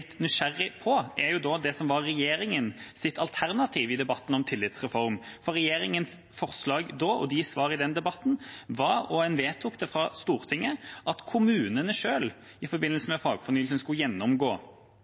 på, er det som var regjeringspartienes alternativ i debatten om tillitsreform. Regjeringspartienes forslag da og deres svar i den debatten var – og en vedtok det i Stortinget – at kommunene selv i forbindelse med fagfornyelsen skulle gjennomgå